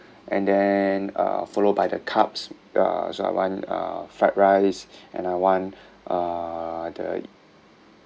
and then uh followed by the cups uh so I want uh fried rice and I want uh the